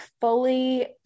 fully